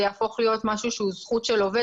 יהפוך להיות משהו שהוא זכות של עובד,